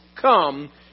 come